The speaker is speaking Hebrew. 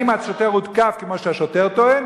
אחרי שהמשטרה כבר התערבה קודם לכן,